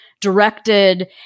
directed